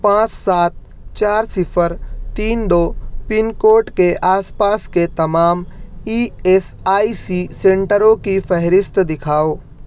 پانچ سات چار صفر تین دو پن کوڈ کے آس پاس کے تمام ای ایس آئی سی سنٹروں کی فہرست دکھاؤ